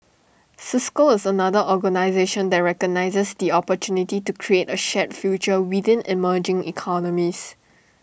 cisco is another organisation that recognises the opportunity to create A shared future within emerging economies